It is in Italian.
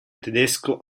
tedesco